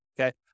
Okay